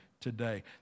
today